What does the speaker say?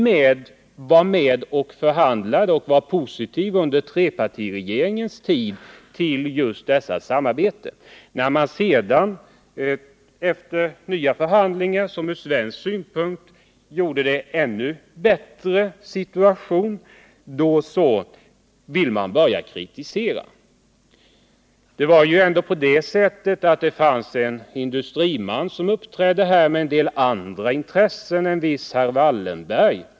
Moderaterna var positiva under trepartiregeringens tid till just detta samarbete. Men efter nya förhandlingar av folkpartiregeringen — som ur svensk synpunkt gjorde avtalssituationen ännu bättre — vill man börja kritisera det hela. En industriman uppträdde visserligen i sammanhanget — men en industriman med en del andra intressen, nämligen en viss herr Wallenberg.